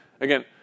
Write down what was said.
again